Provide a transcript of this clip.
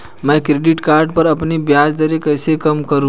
मैं credit card पर अपनी ब्याज दरें कैसे कम करूँ?